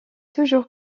toujours